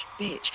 bitch